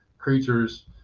Creatures